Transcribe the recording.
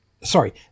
Sorry